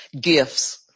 gifts